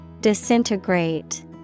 Disintegrate